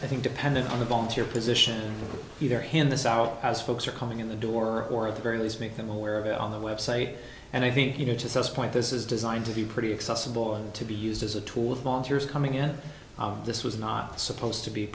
i think depending on the volunteer position either hand this out as folks are coming in the door or at the very least make them aware of it on the web site and i think you know just west point this is designed to be pretty accessible and to be used as a tool of last year's coming in this was not supposed to be